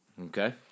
Okay